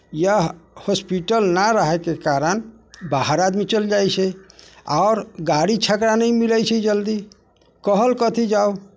यह हॉस्पिटल नहि रहैके कारण बाहर आदमी चलि जाइत छै आओर गाड़ी छगड़ा नहि मिलैत छै जल्दी कहल कथी जाउ